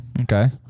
Okay